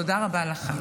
תודה רבה לך.